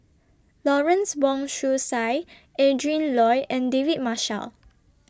Lawrence Wong Shyun Tsai Adrin Loi and David Marshall